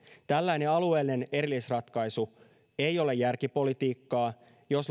tällainen alueellinen erillisratkaisu ei ole järkipolitiikkaa jos